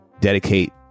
dedicate